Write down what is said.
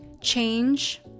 Change